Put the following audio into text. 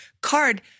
card